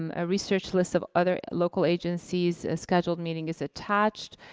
um a research list of other local agencies' scheduled meeting is attached.